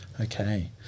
Okay